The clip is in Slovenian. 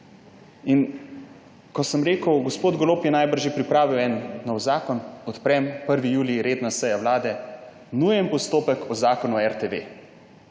Ko sem rekel, gospod Golob je najbrž že pripravil en nov zakon, odprem, 1. julij, redna seja vlade, nujni postopek o zakonu o RTV.